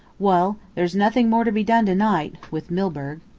well, there's nothing more to be done to-night with milburgh.